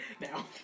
now